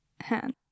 hand